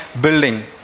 building